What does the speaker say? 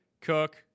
cook